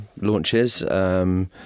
launches